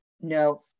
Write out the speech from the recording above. No